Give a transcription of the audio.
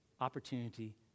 opportunity